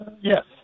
Yes